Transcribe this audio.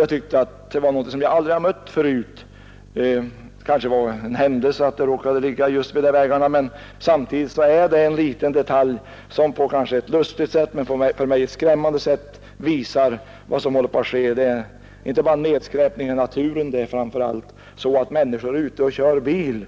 Jag tyckte att det var någonting som jag aldrig mött förut. Det kanske var en händelse att burkarna låg just vid dessa vägar, men det är i alla fall en liten detalj som på ett för somliga kanske lustigt men för mig skrämmande sätt visar vad som håller på att ske. Det är inte bara fråga om nedskräpning i naturen — det är framför allt så att människor som är ute och kör bil